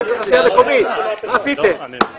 מה עשיתם בזה?